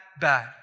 bad